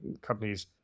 companies